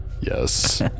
Yes